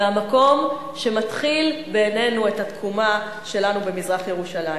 והמקום שמתחיל בעינינו את התקומה שלנו במזרח-ירושלים,